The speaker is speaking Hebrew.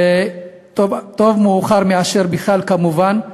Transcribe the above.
וטוב מאוחר מאשר בכלל לא, כמובן.